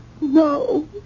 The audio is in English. No